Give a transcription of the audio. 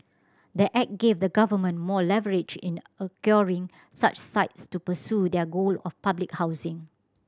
the act gave the government more leverage in acquiring such sites to pursue their goal of public housing